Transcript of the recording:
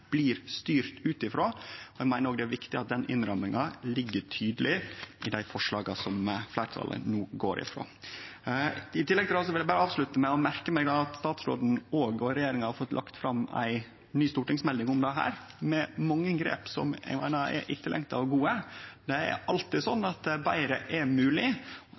blir styrte ut frå. Eg meiner det er viktig at den innramminga ligg tydeleg i dei forslaga som fleirtalet no går inn for. I tillegg til det vil eg avslutte med å seie at eg merkar meg at statsråden og regjeringa har fått lagt fram ei ny stortingsmelding om dette, med mange grep som er etterlengta og gode. Det er alltid slik at betre er